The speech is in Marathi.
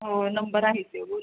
हो नंबर आहे ते बोल